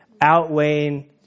outweighing